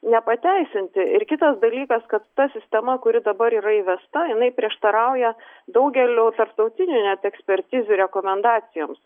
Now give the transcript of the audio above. nepateisinti ir kitas dalykas kad ta sistema kuri dabar yra įvesta jinai prieštarauja daugelių tarptautinių net ekspertizių rekomendacijoms